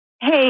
hey